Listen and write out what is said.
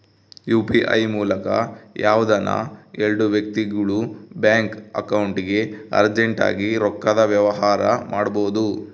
UPI ಮೂಲಕ ಯಾವ್ದನ ಎಲ್ಡು ವ್ಯಕ್ತಿಗುಳು ಬ್ಯಾಂಕ್ ಅಕೌಂಟ್ಗೆ ಅರ್ಜೆಂಟ್ ಆಗಿ ರೊಕ್ಕದ ವ್ಯವಹಾರ ಮಾಡ್ಬೋದು